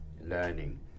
learning